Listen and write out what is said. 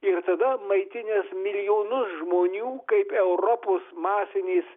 ir tada maitinęs milijonus žmonių kaip europos masinės